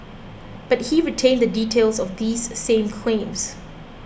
but he retained the details of these same claims